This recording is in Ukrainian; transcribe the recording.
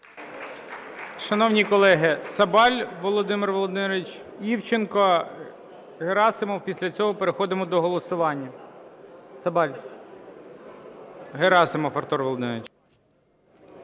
Шановні колеги! Цабаль Володимир Володимирович, Івченко, Герасимов, після цього переходимо до голосування. Цабаль. Герасимов Артур Володимирович.